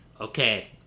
okay